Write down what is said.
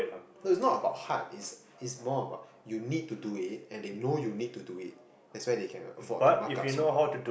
it's not about hard is is more about you need to do it and they know you need to do it that's why they cannot afford to mark up so hard